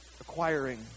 acquiring